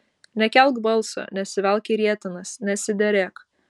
nekelk balso nesivelk į rietenas nesiderėk